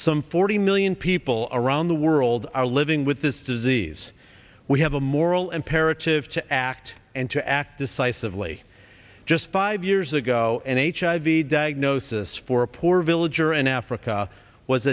some forty million people around the world are living with this disease we have a moral imperative to act and to act decisively just five years ago and hiv diagnosis for a poor village or an africa was